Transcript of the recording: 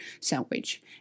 sandwich